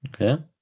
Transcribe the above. Okay